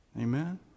Amen